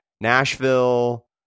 nashville